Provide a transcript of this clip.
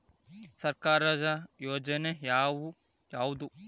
ಸರ್ಕಾರದ ಯೋಜನೆ ಯಾವ್ ಯಾವ್ದ್?